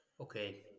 Okay